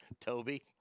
Toby